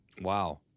Wow